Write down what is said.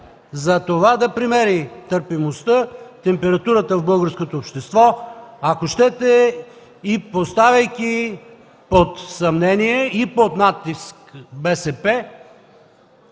за това да премери търпимостта, температурата в българското общество, ако щете, и поставяйки под съмнение и под натиск БСП,